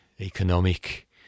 economic